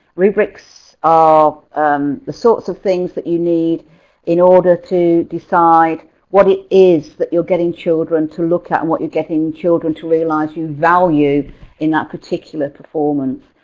rubrics are the sorts of things that you need in order to decide what it is that you're getting children to look at and what you're getting children to realize or value in that particular performance.